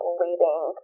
leaving